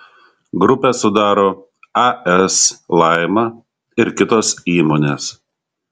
grupę sudaro as laima ir kitos įmonės